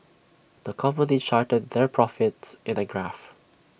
the company charted their profits in A graph